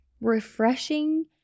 refreshing